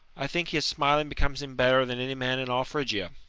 i think his smiling becomes him better than any man in all phrygia.